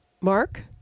Mark